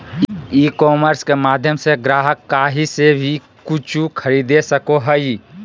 ई commerce के माध्यम से ग्राहक काही से वी कूचु खरीदे सको हइ